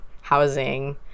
housing